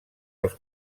els